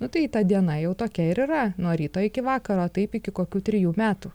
nu tai ta diena jau tokia ir yra nuo ryto iki vakaro taip iki kokių trijų metų